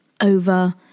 over